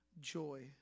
joy